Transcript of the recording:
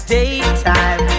Daytime